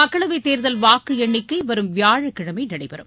மக்களவை தேர்தல் வாக்கு எண்ணிக்கை வரும் வியாழக்கிழமை நடைபெறும்